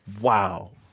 wow